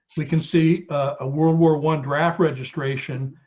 we can see a world war one draft registration.